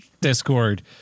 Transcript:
Discord